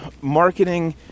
marketing